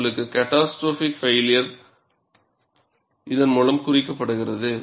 உங்கள் catastrophic failure இதன் மூலம் குறிக்கப்படுகிறது